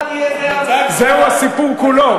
זהו הסיפור כולו.